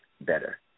better